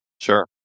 Sure